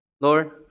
Lord